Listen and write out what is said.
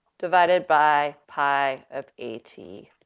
divided by pi of a t,